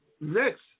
Next